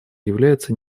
является